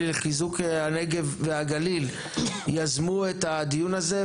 לחיזוק הנגב והגליל יזמו את הדיון הזה,